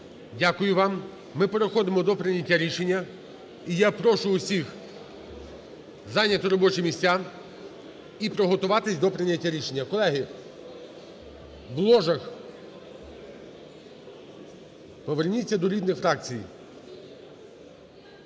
Дякую вам. Ми переходимо до прийняття рішення і я прошу усіх зайняти робочі місця і приготуватись до прийняття рішення. Колеги в ложах, поверніться до рідних фракцій.